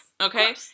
Okay